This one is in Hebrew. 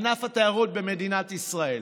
ענף התיירות במדינת ישראל.